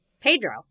Pedro